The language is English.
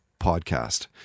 Podcast